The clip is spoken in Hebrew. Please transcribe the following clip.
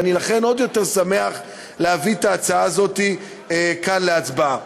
ולכן אני עוד יותר שמח להביא את ההצעה הזאת כאן להצבעה.